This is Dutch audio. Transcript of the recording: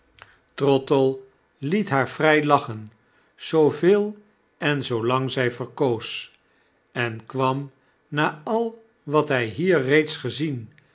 trottle liet haar vry lachen zooveel en zoolang zy verkoos en kwam na al wat hy hier reeds gezien